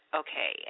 okay